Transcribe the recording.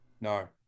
No